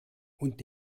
und